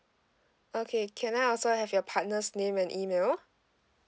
okay can I also have your partner's name and email